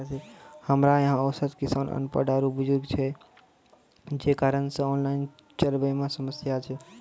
हमरा यहाँ औसत किसान अनपढ़ आरु बुजुर्ग छै जे कारण से ऑनलाइन चलन मे समस्या छै?